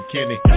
Kenny